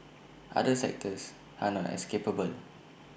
other sectors are not as capably